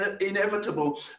inevitable